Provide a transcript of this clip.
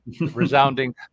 resounding